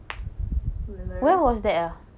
you remember